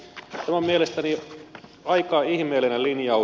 tämä on mielestäni aika ihmeellinen linjaus